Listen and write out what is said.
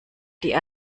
die